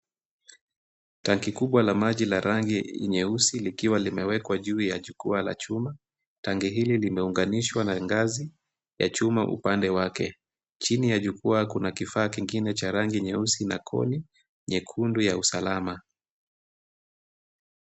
Tanki kubwa la rangi nyeusi likiwa limewekwa juu ya jukwaa la chuma. Tanki hili limeunganishwa na ngazi ya chuma upande wake. Chini ya jukwaa kuna kifaa kingine cha rangi nyeusi na koni nyekundu ya usalama.